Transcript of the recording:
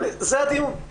זה הדיון.